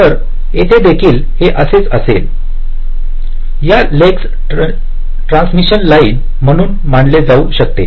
तर येथे देखील हे असेच असेल या लेगस ट्रांसमिशन लाइन म्हणून मानले जाऊ शकते